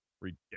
Ridiculous